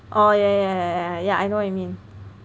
oh yeah yeah yeah I know what you mean